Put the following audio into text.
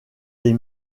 des